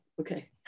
okay